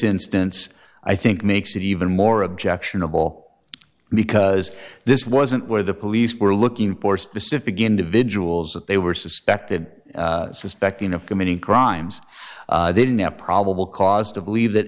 instance i think makes it even more objectionable because this wasn't where the police were looking for specific individuals that they were suspected suspecting of committing crimes they didn't have probable cause to believe that